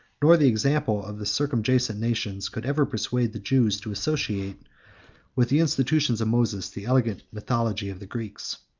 nor the example of the circumjacent nations, could ever persuade the jews to associate with the institutions of moses the elegant mythology of the greeks.